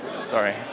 sorry